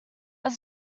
was